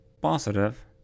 positive